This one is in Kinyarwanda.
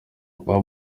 yvan